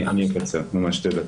בבקשה.